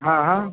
ہاں ہاں